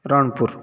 Ranpur